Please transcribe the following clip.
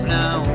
now